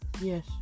Yes